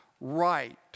right